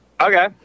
Okay